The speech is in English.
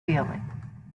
feeling